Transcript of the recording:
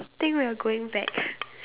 think we are going back